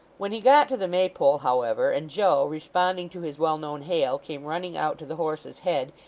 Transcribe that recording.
when he got to the maypole, however, and joe, responding to his well-known hail, came running out to the horse's head,